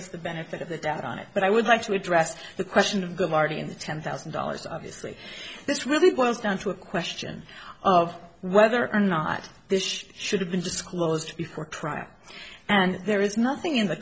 us the benefit of the doubt on it but i would like to address the question of the marty and the ten thousand dollars obviously this really boils down to a question of whether or not this should have been disclosed before trial and there is nothing in the